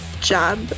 job